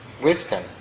wisdom